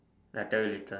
I tell you later